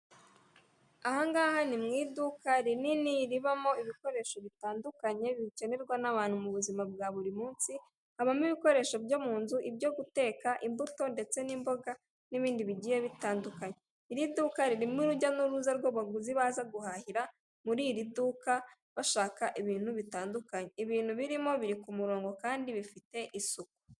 Ahangaha ni mu iduka rinini ribamo ibikoresho bitandukanye bikenerwa n'abantu mu buzima bwa buri munsi, habamo ibikoresho byo mu nzu ibyo guteka imbuto ndetse n'imboga n'ibindi bigiye bitandukanye, iri duka ririmo urujya n'uruza rw'abaguzi baza guhahira muri iri duka bashaka ibintu bitandukanye, ibintu birimo biri ku murongo kandi bifite isuku.